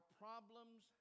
problems